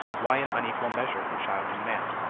why an unequal measure for child and man?